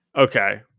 Okay